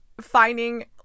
finding